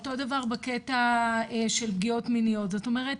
אותו דבר בקטע של פגיעות מיניות, זאת אומרת,